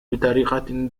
بطريقة